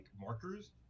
markers